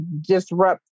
disrupt